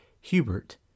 Hubert